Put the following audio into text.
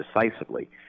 decisively